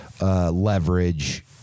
leverage